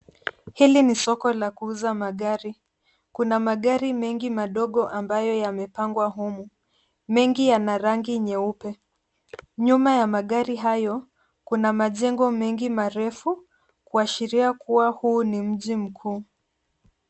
Hili ni soko la kuuza magari. Kuna magari mengi ambayo yamepangwa humu. Mengi yana rangi nyeupe, nyuma ya magari hayo kuna majengo , mengi marefu kuashiria kuwa huu ni mji mkuu.